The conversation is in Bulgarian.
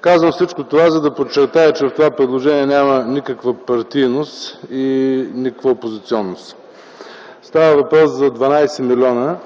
Казвам всичко това, за да подчертая, че в това предложение няма никаква партийност и никаква опозиционност. Става въпрос за 12 милиона,